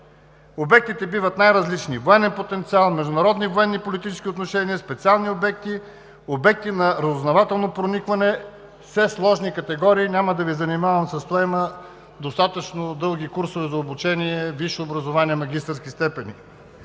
Обектите биват най-различни – военен потенциал, международни и военно-политически отношения, специални обекти, обекти на разузнавателно проникване, все сложни категории. Няма да Ви занимавам с това, има достатъчно дълги курсове за обучение, висше образование и магистърски степени.